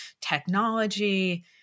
technology